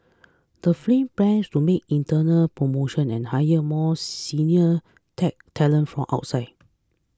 the film plans to make internal promotions and hire more senior tech talent from outside